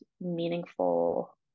meaningful